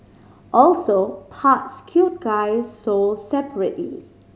also parts cute guy sold separately